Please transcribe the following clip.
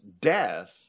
death